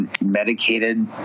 medicated